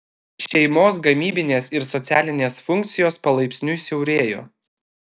šeimos gamybinės ir socialinės funkcijos palaipsniui siaurėjo